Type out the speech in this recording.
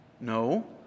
no